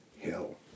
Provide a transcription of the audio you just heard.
Hell